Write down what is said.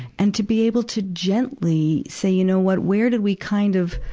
and to be able to gently say, you know what? where did we kind of,